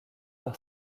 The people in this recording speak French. par